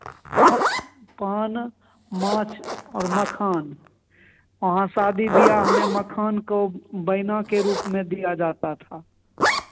पान माछ और मखान वहाँ शादी बियाह में मखान को बैयना के रूप में दिया जाता था